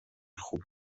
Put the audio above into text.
خوب